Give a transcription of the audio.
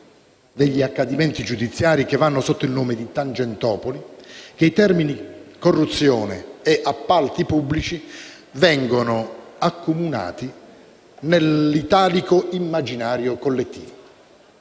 degli accadimenti giudiziari che vanno sotto il nome di Tangentopoli, che i termini «corruzione» e «appalti pubblici» vengono accomunati nell'italico immaginario collettivo.